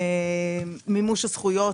מימוש הזכויות.